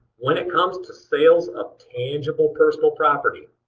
when it comes to sales of tangible personal property,